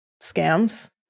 scams